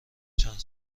چند